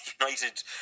United